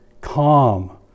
Calm